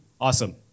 Awesome